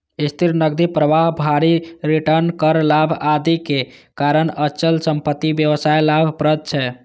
स्थिर नकदी प्रवाह, भारी रिटर्न, कर लाभ, आदिक कारण अचल संपत्ति व्यवसाय लाभप्रद छै